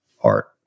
art